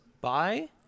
bye